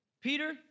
Peter